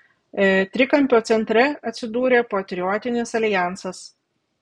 trikampio centre atsidūrė patriotinis aljansas